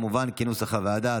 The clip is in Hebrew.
כמובן כנוסח הוועדה.